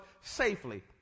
safely